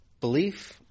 belief